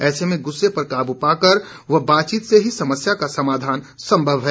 ऐसे में गुस्से पर काबू पाकर व बातचीत से ही समस्या का समाधान संभव है